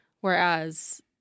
whereas